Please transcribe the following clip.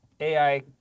AI